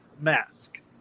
Mask